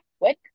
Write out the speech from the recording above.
quick